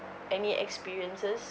any experiences